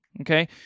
okay